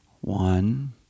One